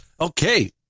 Okay